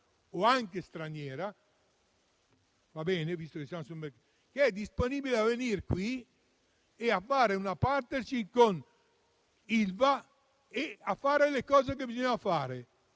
o anche straniera, che sia disponibile a venire qui, a fare una *partnership* con Ilva e a fare le cose che bisogna fare,